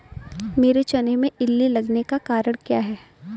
मेरे चने में इल्ली लगने का कारण क्या है?